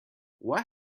where